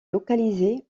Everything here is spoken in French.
localisé